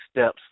steps